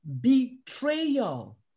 betrayal